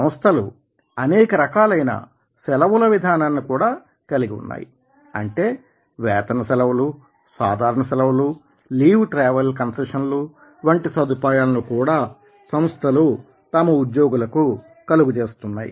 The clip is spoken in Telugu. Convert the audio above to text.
సంస్థలు అనేక రకాలైన సెలవుల విధానాన్ని కూడా కలిగి ఉన్నాయి అంటే వేతన సెలవులు సాధారణ సెలవులు లీవ్ ట్రావెల్ కన్సెషన్ లు వంటి సదుపాయాలను కూడా సంస్థలు తమ ఉద్యోగులకు కలుగజేస్తున్నాయి